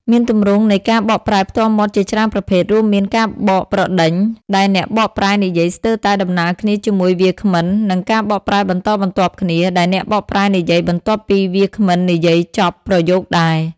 មានទម្រង់នៃការបកប្រែផ្ទាល់មាត់ជាច្រើនប្រភេទ រួមមាន ការបកប្រដេញ ដែលអ្នកបកប្រែនិយាយស្ទើរតែដំណាលគ្នាជាមួយវាគ្មិន និងការបកប្រែបន្តបន្ទាប់គ្នា ដែលអ្នកបកប្រែនិយាយបន្ទាប់ពីវាគ្មិននិយាយចប់ប្រយោគដែរ។